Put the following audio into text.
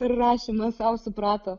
per rašymą sau suprato